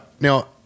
Now